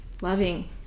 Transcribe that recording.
loving